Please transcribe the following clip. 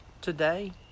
today